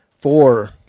four